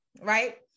right